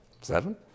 Seven